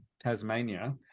Tasmania